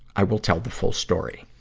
i will tell the full story.